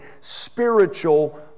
spiritual